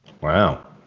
Wow